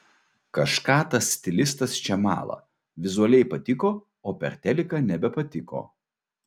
kažką tas stilistas čia mala vizualiai patiko o per teliką nebepatiko